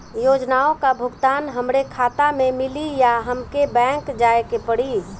योजनाओ का भुगतान हमरे खाता में मिली या हमके बैंक जाये के पड़ी?